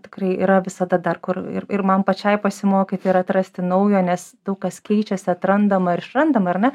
tikrai yra visada dar kur ir ir man pačiai pasimokyti ir atrasti naujo nes daug kas keičiasi atrandama ar išrandama ar ne